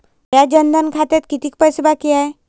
माया जनधन खात्यात कितीक पैसे बाकी हाय?